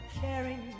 caring